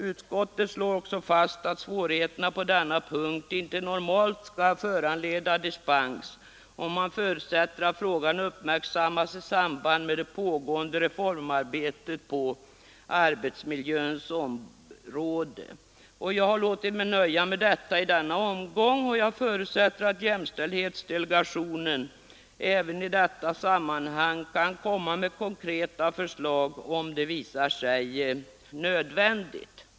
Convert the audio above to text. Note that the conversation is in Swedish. Utskottet slår fast att svårigheterna på den här punkten inte normalt skall föranleda dispens, och utskottet förutsätter att frågan uppmärksammas i samband med det pågående reformarbetet på arbetsmiljöns område. Jag har låtit mig nöja med detta i denna omgång och utgår från att jämställdhetsdelegationen även i detta sammanhang kan komma med konkreta förslag, om det visar sig nödvändigt.